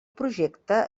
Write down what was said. projecte